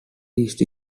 east